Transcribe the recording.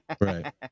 Right